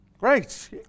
Great